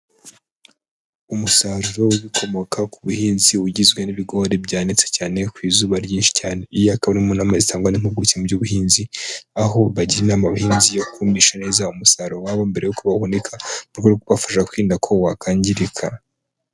Umusaruro w'ibikomoka ku buhinzi ugizwe n'ibigori byanitse cyane ku izuba ryinshi cyane. Iyi akaba imwe mu nama zitangwa n'impimpuguke mu by'ubuhinzi aho bagira inama abahinzi yo kumisha neza umusaruro wabo mbere yuko bahunika mu rwego rwo kubafasha kwirinda ko wakangirika.